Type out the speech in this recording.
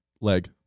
Leg